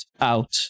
out